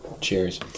Cheers